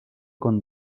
con